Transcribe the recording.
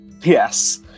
Yes